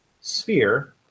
sphere